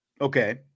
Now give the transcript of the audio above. Okay